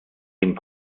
dem